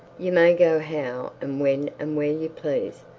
you may go how and when and where you please,